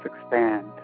expand